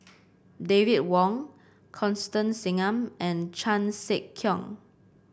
David Wong Constance Singam and Chan Sek Keong